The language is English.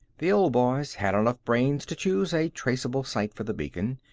the old boys had enough brains to choose a traceable site for the beacon,